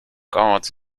guards